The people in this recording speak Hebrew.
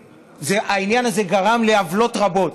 והעניין הזה גרם לעוולות רבות.